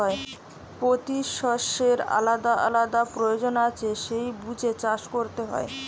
পোতি শষ্যের আলাদা আলাদা পয়োজন আছে সেই বুঝে চাষ কোরতে হয়